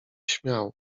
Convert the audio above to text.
śmiał